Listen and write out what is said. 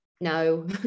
no